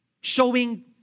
showing